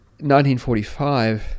1945